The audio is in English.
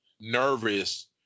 nervous